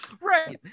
Right